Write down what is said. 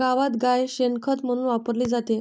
गावात गाय शेण खत म्हणून वापरली जाते